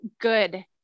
good